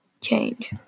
change